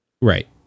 Right